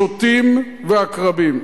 שוטים ועקרבים.